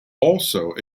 also